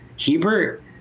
Hebert